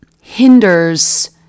hinders